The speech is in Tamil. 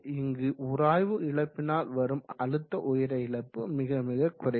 இங்கு உராய்வு இழப்பினால் வரும் அழுத்த உயர இழப்பு மிக மிக குறைவே